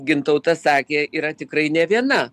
gintautas sakė yra tikrai ne viena